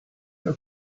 your